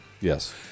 yes